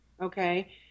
Okay